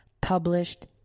published